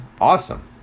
awesome